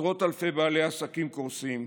עשרות אלפי בעלי עסקים קורסים,